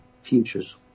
futures